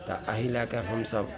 तऽ एहि लएके हमसभ